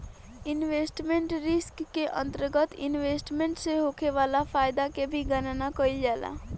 investment risk के अंतरगत investment से होखे वाला फायदा के भी गनना कईल जाला